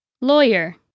Lawyer